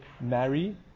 marry